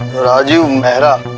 rajiv mehra.